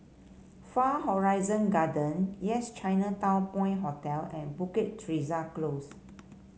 Far Horizon Gardens Yes Chinatown Point Hotel and Bukit Teresa Close